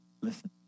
Listen